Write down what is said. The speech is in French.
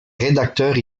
rédacteurs